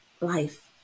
life